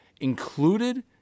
included